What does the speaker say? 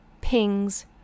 pings